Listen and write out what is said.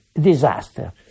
Disaster